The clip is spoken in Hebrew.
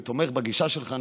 אני תומך בגישה שלך,